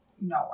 No